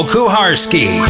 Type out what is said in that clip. Kuharski